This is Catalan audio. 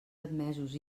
admesos